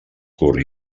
curt